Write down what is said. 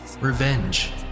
revenge